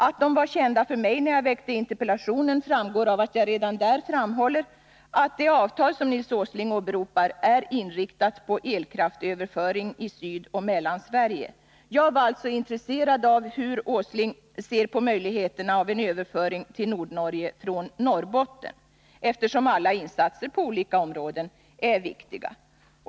Att de var kända för mig när jag framställde interpellationen framgår av att jag redan där framhållit att det avtal som Nils Åsling åberopar är inriktat på elkraftsöverföring i Sydoch Mellansverige. Jag var alltså intresserad av hur Nils Åsling ser på möjligheterna när det gäller en överföring till Nordnorge från Norrbotten, eftersom alla insatser på olika områden är viktiga.